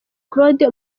claude